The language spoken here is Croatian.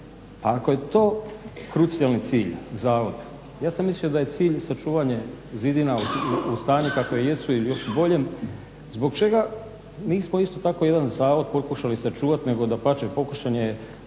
Ako je to krucijalni cilj, zavod, ja sam mislio da je cilj sačuvane zidina u stanju kakve jesu ili još u boljem zbog čega nismo isto tako jedan zavod pokušali sačuvati nego dapače pokušalo ga